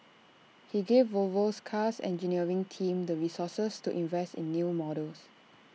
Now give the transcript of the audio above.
he gave Volvo's car's engineering team the resources to invest in new models